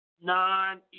non